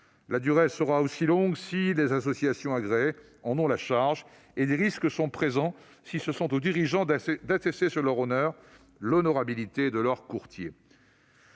La durée sera aussi longue si les associations agréées en ont la charge, et des risques sont présents s'il revient aux dirigeants d'attester sur l'honneur de l'honorabilité de leurs courtiers.